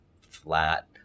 flat